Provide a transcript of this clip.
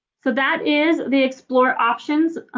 so that is the explore options